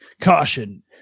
caution